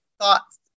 thoughts